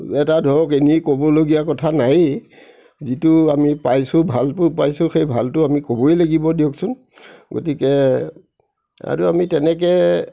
এটা ধৰক এনেই ক'বলগীয়া কথা নাইয়েই যিটো আমি পাইছো ভালবোৰ পাইছো সেই ভালটো আমি ক'বই লাগিব দিয়কচোন গতিকে আৰু আমি তেনেকৈ